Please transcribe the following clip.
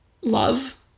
love